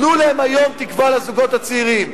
תנו היום תקווה לזוגות הצעירים.